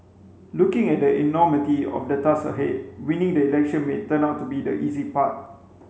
looking at the enormity of the tasks ahead winning the election may turn out to be the easy part